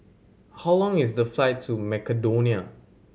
how long is the flight to Macedonia